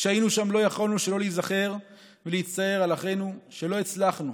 כשהיינו שם לא יכולנו שלא להיזכר ולהצטער על אחינו שלא הצלחנו